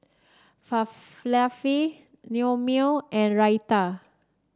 Falafel Naengmyeon and Raita